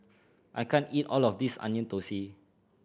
I can't eat all of this Onion Thosai